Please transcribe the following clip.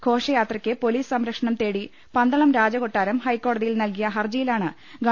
ഘോഷ്യാത്രക്ക് police സംരക്ഷണം തേടി പന്തളം രാജ കൊട്ടാരം ഹൈക്കോടതിയിൽ നൽകിയ ഹർജിയിലാണ് ഗവ